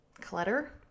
clutter